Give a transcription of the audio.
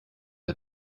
der